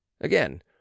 Again